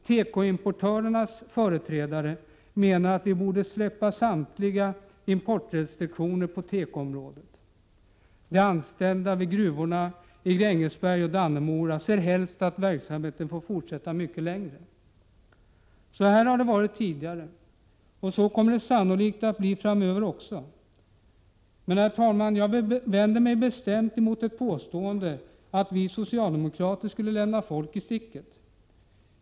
Tekoimportörernas företrädare menar att samtliga importrestriktioner på tekoområdet borde släppas. De anställda vid gruvorna i Grängesberg och Dannemora ser helst att verksamheten får fortsätta mycket längre. Så här har det varit tidigare, och så kommer det sannolikt att bli framöver också, men, herr talman, jag vänder mig bestämt mot påståendet att vi socialdemokrater skulle lämna folk i sticket.